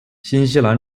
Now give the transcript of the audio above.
新西兰